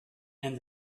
and